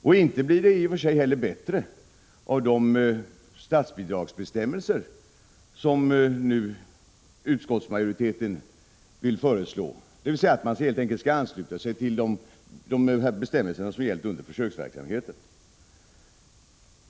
Och inte blir det heller bättre av de statsbidragsbestämmelser som utskottsmajoriteten föreslår, dvs. att man helt enkelt skall ansluta sig till de bestämmelser som gällt under försöksverksamheten.